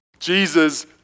Jesus